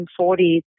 1940s